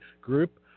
group